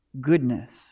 goodness